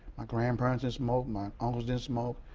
my grandparents didn't smoke, my uncles didn't smoke,